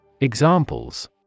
Examples